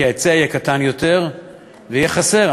כי ההיצע יהיה קטן יותר ויהיה חסר.